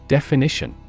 Definition